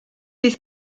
fydd